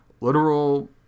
literal